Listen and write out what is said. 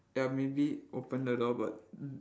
ya maybe open the door but